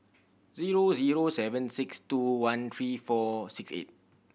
zero zero seven six one three four six eight